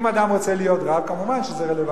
אם אדם רוצה להיות רב, כמובן שזה רלוונטי,